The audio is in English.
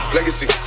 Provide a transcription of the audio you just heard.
Legacy